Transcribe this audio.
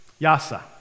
Yasa